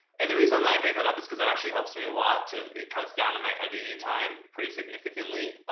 and the reason that i bring that up is because that actually helps me a lot to, it cuts down on my editing time, pretty significantly,